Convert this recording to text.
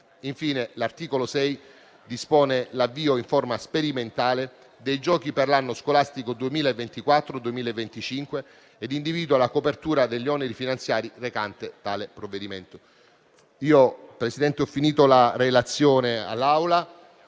Infine, l'articolo 6 dispone l'avvio in forma sperimentale dei giochi per l'anno scolastico 2024-2025 ed individua la copertura degli oneri finanziari derivati da tale provvedimento. Signor Presidente,